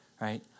right